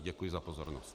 Děkuji za pozornost.